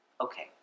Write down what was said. Okay